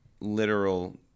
literal